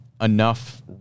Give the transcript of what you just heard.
enough